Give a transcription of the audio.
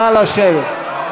נא לשבת.